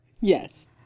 Yes